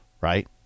Right